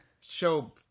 show